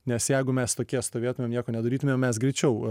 nes jeigu mes tokie stovėtumėm nieko nedarytumėm mes greičiau